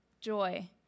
joy